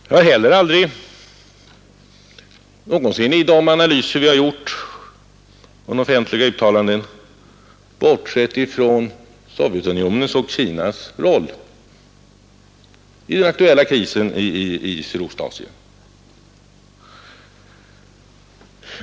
Jag har heller aldrig någonsin i de analyser eller offentliga uttalanden vi gjort bortsett från Sovjetunionens och Kinas roll i den aktuella krisen i Sydostasien.